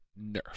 nerf